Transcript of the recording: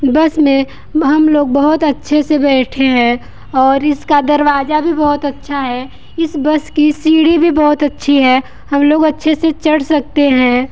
बस में हम लोग बहुत अच्छे से बैठे हैं और इसका दरवाजा भी बहुत अच्छा है इस बस की सीढ़ी भी बहुत अच्छी है हम लोग अच्छे से चढ़ सकते हैं